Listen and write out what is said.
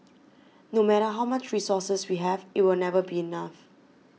no matter how much resources we have it will never be enough